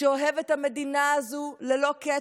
שאוהב את המדינה הזו ללא קץ,